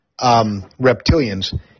reptilians